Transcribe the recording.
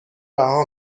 رها